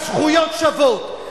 על זכויות שוות,